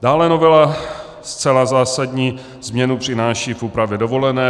Dále novela zcela zásadní změnu přináší v úpravě dovolené.